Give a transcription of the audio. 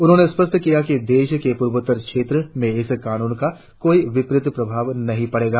उन्होंने स्पष्ट किया कि देश के पूर्वोत्तर क्षेत्र में इस कानून का कोई विपरीत प्रभाव नही पड़ेगा